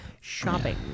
shopping